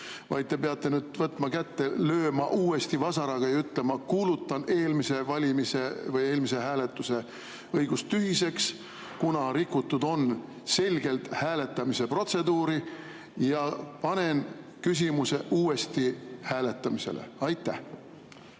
vaid te peate võtma kätte, lööma uuesti vasaraga ja ütlema: "Kuulutan eelmise hääletuse õigustühiseks, kuna rikutud on selgelt hääletamise protseduuri, ja panen küsimuse uuesti hääletamisele." Aitäh!